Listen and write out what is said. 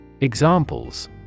Examples